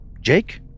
Jake